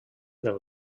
del